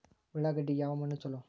ಉಳ್ಳಾಗಡ್ಡಿಗೆ ಯಾವ ಮಣ್ಣು ಛಲೋ?